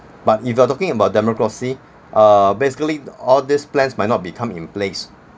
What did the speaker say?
but if you are talking about democracy uh basically all this plans might not become in place